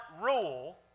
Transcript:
rule